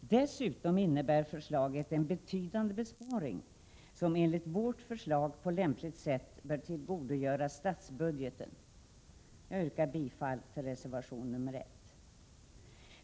Dessutom innebär förslaget en betydande besparing, som på lämpligt sätt bör tillgodogöras statsbudgeten. Jag yrkar bifall till reservation 1.